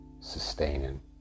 sustaining